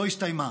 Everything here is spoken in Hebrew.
לא הסתיימה.